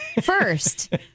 First